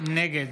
נגד